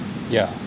yeah